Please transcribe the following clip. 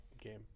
game